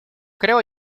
creo